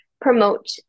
promote